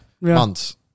Months